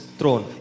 throne